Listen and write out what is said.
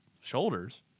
shoulders